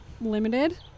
limited